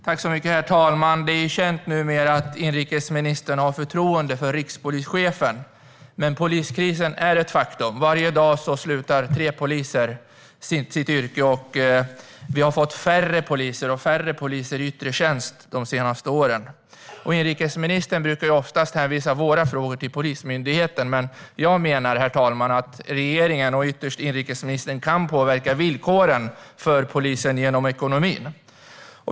Herr talman! Det är numera känt att inrikesministern har förtroende för rikspolischefen. Men poliskrisen är ett faktum: Varje dag slutar tre poliser i sitt yrke, och vi har fått färre poliser och färre poliser i yttre tjänst de senaste åren. Inrikesministern brukar oftast hänvisa våra frågor till Polismyndigheten, men jag menar, herr talman, att regeringen och ytterst inrikesministern kan påverka villkoren för polisen genom ekonomin.